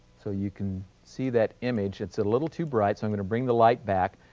so you can see that image, it's a little too bright so i'm going to bring the light back.